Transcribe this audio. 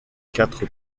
quatre